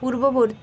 পূর্ববর্তী